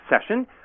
session